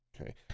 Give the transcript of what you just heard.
Okay